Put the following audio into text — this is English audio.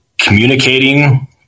communicating